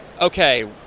okay